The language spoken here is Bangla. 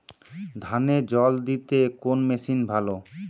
ধানে জল দিতে কোন মেশিন ভালো?